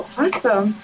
awesome